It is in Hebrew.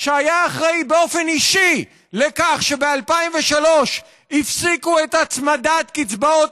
שהיה אחראי באופן אישי לכך שב-2003 הפסיקו את הצמדת קצבאות